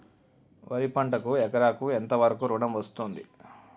వరి పంటకు ఎకరాకు ఎంత వరకు ఋణం వస్తుంది దాన్ని ఏ విధంగా తెలుసుకోవాలి?